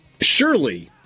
surely